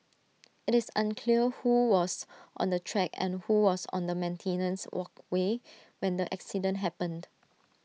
IT is unclear who was on the track and who was on the maintenance walkway when the accident happened